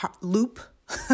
loop